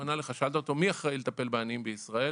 שאלת אותו "מי אחראי לטפל בעניין בישראל?"